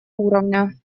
уровня